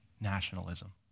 nationalism